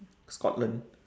scotland